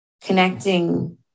connecting